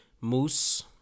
Moose